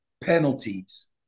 penalties